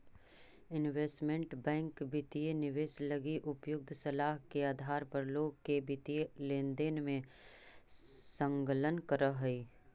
investment bank वित्तीय निवेश लगी उपयुक्त सलाह के आधार पर लोग के वित्तीय लेनदेन में संलग्न करऽ हइ